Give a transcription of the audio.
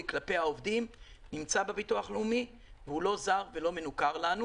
כלפי העובדים נמצא בביטוח הלאומי והוא לא זר ולא מנוכר לנו.